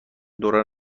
دوران